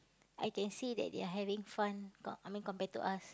I can see that they are having fun co~ I mean compared to us